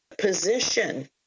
position